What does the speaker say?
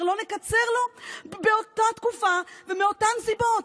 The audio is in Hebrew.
יותר לא נקצר לו באותה תקופה ומאותן סיבות.